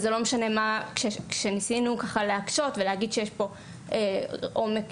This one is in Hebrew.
כשניסינו להקשות ולהגיד שיש פה עומק